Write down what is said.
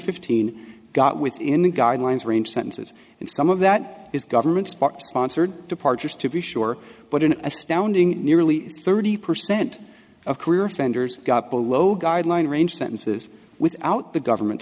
fifteen got within the guidelines range sentences and some of that is government sponsored departures to be sure but an astounding nearly thirty percent of career offenders got below guideline range sentences without the government